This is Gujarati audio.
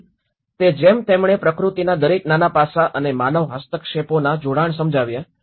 તેથી તે જેમ તેમણે પ્રકૃતિના દરેક નાના પાસા અને માનવ હસ્તક્ષેપોના જોડાણો સમજાવ્યા